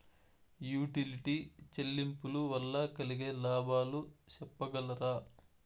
Utility చెల్లింపులు వల్ల కలిగే లాభాలు సెప్పగలరా?